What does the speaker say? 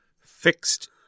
Fixed